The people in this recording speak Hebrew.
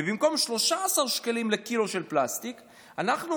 ובמקום 13 שקלים לקילו פלסטיק אנחנו